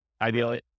Ideally